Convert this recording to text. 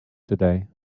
today